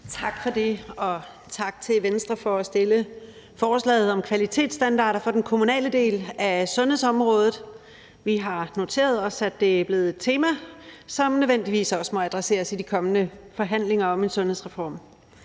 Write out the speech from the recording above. Tak for det. Og tak til Venstre for at fremsætte forslaget om kvalitetsstandarder for den kommunale del af sundhedsområdet. Vi har noteret os, at det er blevet et tema, som nødvendigvis også må adresseres i de kommende forhandlinger om en sundhedsreform.